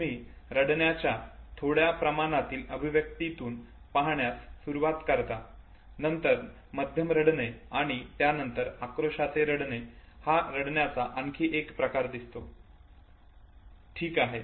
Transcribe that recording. तुम्ही रडण्याच्या थोड्या प्रमाणातील अभिव्यक्तीतून पाहण्यास सुरवात करता नंतर मध्यम रडणे आणि त्यानंतर आक्रोशाचे रडणे हा रडण्याचा आणखी एक प्रकार दिसतो ठीक आहे